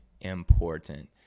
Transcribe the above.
important